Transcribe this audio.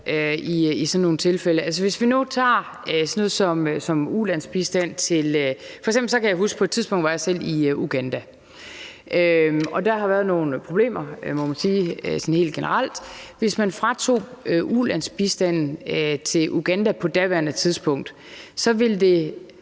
i sådan nogle tilfælde. Altså, hvis vi nu tager sådan noget som ulandsbistand, kan jeg f.eks. huske, at jeg på et tidspunkt selv var i Uganda. Der har været nogle problemer, må man sige, sådan helt generelt, og hvis man havde frataget ulandsbistanden til Uganda på daværende tidspunkt, ville der